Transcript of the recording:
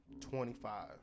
Twenty-five